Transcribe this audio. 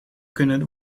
kunnen